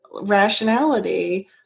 rationality